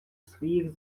своїх